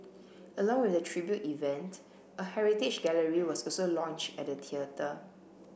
along with the tribute event a heritage gallery was also launched at the theatre